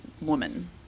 woman